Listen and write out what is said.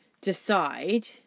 decide